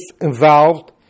involved